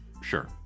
Sure